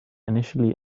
initially